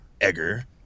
Egger